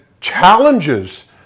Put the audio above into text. challenges